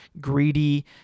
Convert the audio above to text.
greedy